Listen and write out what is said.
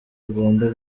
bagomba